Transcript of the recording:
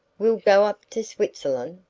we'll go up to switzerland.